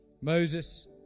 Moses